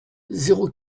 zéro